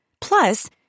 Plus